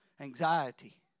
Anxiety